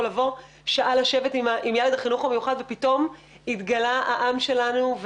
או לבוא שעה לשבת עם ילד בחינוך המיוחד ופתאום התגלה העם שלנו,